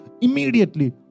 immediately